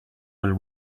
will